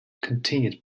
continued